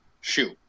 shoot